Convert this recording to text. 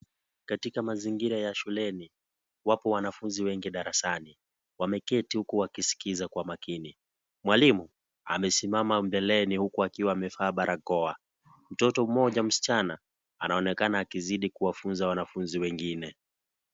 Katika mazingira ya shuleni wapo wanafunzi wengi darasani. Wameketi huku wakiskiza kwa makini, mwalimu amesimama mbeleni huko akiwa amevaa barakoa. Mtoto mmoja msichana, anaonekana akizidi kuwafunza wanafunzi wengine.